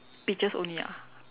peaches only ah